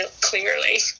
clearly